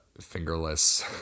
fingerless